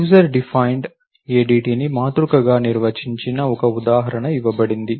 user defined ADTని మాతృక గా నిర్వచించిన ఒక ఉదాహరణ ఇవ్వబడినది